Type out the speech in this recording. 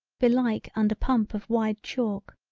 belike under pump of wide chalk,